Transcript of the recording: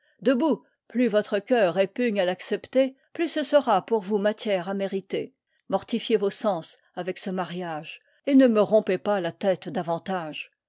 plus votre cœur répugne à l'accepter plus ce sera pour vous matière à mériter mortifiez vos sens avec ce mariage et ne me rompez pas la tête davantage